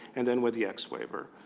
and then with the x waiver.